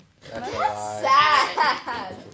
sad